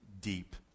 deep